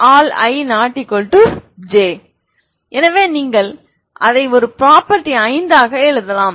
vj0 ∀ i≠j எனவே நீங்கள் அதை ஒரு ப்ரொபர்ட்டி ஐந்தாக எழுதலாம்